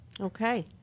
Okay